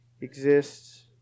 exists